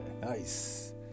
Nice